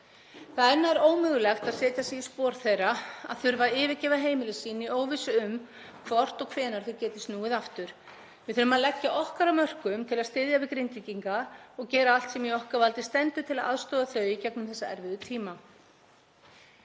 Það er nær ómögulegt að setja sig í spor þeirra, að þurfa að yfirgefa heimili sín í óvissu um hvort og hvenær þau geti snúið aftur. Við þurfum að leggja okkar að mörkum til að styðja við Grindvíkinga og gera allt sem í okkar valdi stendur til að aðstoða þá í gegnum þessa erfiðu tíma.